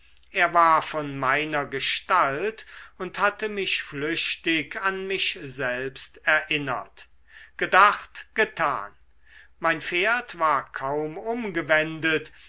er war von meiner gestalt und hatte mich flüchtig an mich selbst erinnert gedacht getan mein pferd war kaum umgewendet